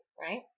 right